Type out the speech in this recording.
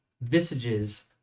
visages